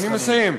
אני מסיים.